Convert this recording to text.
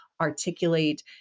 articulate